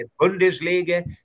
Bundesliga